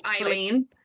eileen